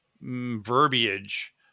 verbiage